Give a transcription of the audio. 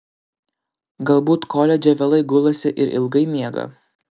galbūt koledže vėlai gulasi ir ilgai miega